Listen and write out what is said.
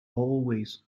always